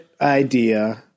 idea